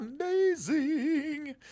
Amazing